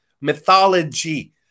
mythology